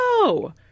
No